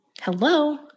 Hello